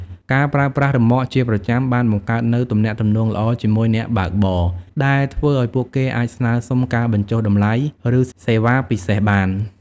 ការប្រើប្រាស់រ៉ឺម៉កជាប្រចាំបានបង្កើតនូវទំនាក់ទំនងល្អជាមួយអ្នកបើកបរ ដែលធ្វើឱ្យពួកគេអាចស្នើសុំការបញ្ចុះតម្លៃឬសេវាពិសេសបាន។